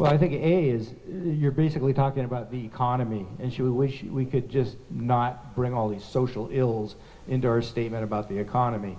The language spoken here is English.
well i think a is you're basically talking about the economy and she wish we could just not bring all the social ills into our statement about the economy